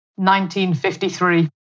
1953